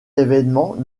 événements